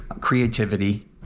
creativity